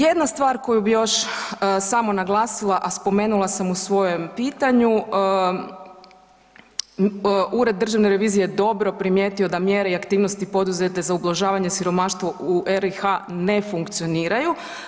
Jedna stvar koju bih još samo naglasila, a spomenula sam u svom pitanju, Ured državne revizije je dobro primijetio da mjere i aktivnosti poduzete za ublažavanje siromaštva u RH ne funkcioniraju.